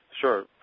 sure